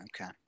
Okay